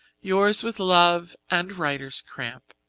yours, with love and writer's cramp.